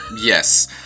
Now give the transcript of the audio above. Yes